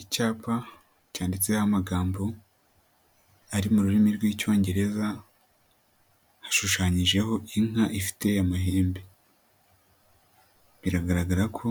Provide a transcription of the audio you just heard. Icyapa cyanditseho amagambo ari mu rurimi rw'Icyongereza, hashushanyije inka amahembe biragaragara ko